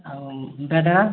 ଆଉ ଉଁ ବେଦନା